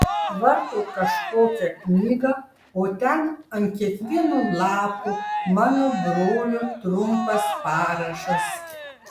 varto kažkokią knygą o ten ant kiekvieno lapo mano brolio trumpas parašas